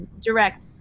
direct